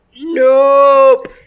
Nope